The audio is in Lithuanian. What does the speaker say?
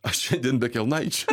aš šiandien be kelnaičių